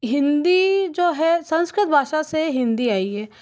हिन्दी जो है संस्कृत भाषा से हिन्दी आयी है